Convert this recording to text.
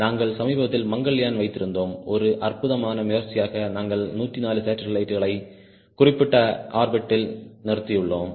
நாங்கள் சமீபத்தில் மங்கல்யான் வைத்திருந்தோம் ஒரு அற்புதமான முயற்சியாக நாங்கள் 104 சாட்டிலைட்களை குறிப்பிட்ட ஆர்பிட்யில் நிறுத்தியுள்ளோம்